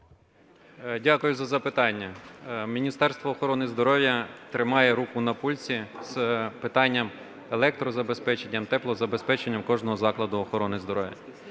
Дякую за запитання. Міністерство охорони здоров'я тримає руку пульсі з питанням електрозабезпеченням, теплозабезпеченням кожного закладу охорони здоров'я.